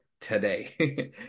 today